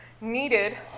needed